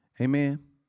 Amen